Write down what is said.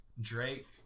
Drake